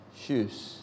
shoes